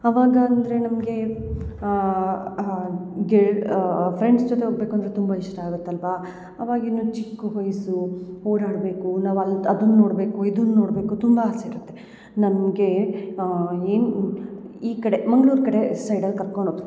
ಅವಾಗ ಅಂದರೆ ನಮಗೆ ಗಿಲ್ಡ್ ಫ್ರೆಂಡ್ಸ್ ಜೊತೆ ಹೋಗ್ಬೇಕು ಅಂದರೆ ತುಂಬ ಇಷ್ಟ ಆಗುತ್ತೆ ಅಲ್ಲವಾ ಅವಾಗಿನ್ನು ಚಿಕ್ಕ ವಯಸ್ಸು ಓಡಾಡಬೇಕು ನಾವು ಅಲ್ತ್ ಅದನ್ನ ನೋಡಬೇಕು ಇದನ್ನ ನೋಡಬೇಕು ತುಂಬ ಆಸೆ ಇರುತ್ತೆ ನಮಗೆ ಏನು ಈ ಕಡೆ ಮಂಗ್ಳೂರು ಕಡೆ ಸೈಡಲ್ಲಿ ಕರ್ಕೊಂಡು ಹೋದ್ರು